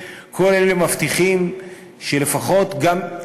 כל אלה מבטיחים שלפחות גם,